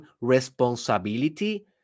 responsibility